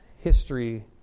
history